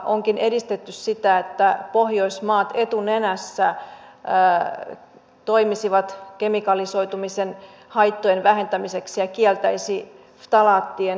onkin edistetty sitä että pohjoismaat etunenässä toimisivat kemikalisoitumisen haittojen vähentämiseksi ja kieltäisivät ftalaattien käytön